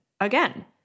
again